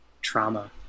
trauma